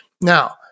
Now